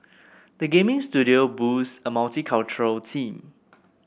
the gaming studio boasts a multicultural team